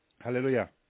Hallelujah